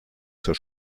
zur